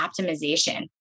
optimization